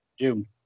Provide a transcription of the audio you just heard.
June